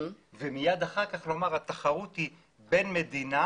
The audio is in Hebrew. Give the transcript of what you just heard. ומיד אחר כך לומר שהתחרות היא בין מדינה